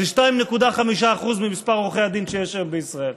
זה 2.5% ממספר עורכי הדין שיש היום בישראל.